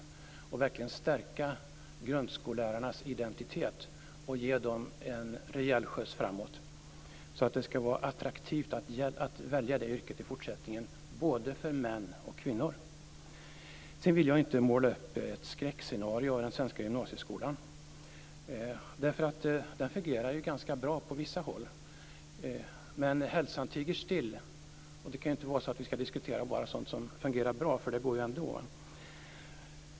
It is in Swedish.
Vi vill verkligen stärka grundskollärarnas identitet och ge dem en rejäl skjuts framåt, så att det skall vara attraktivt att välja det yrket i fortsättningen, både för män och kvinnor. Jag vill inte måla upp ett skräckscenario över den svenska gymnasieskolan. Den fungerar ganska bra på vissa håll. Men hälsan tiger still. Det kan inte vara så att vi bara skall diskutera sådant som fungerar bra, för det går ju ändå.